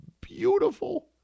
beautiful